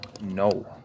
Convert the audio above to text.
No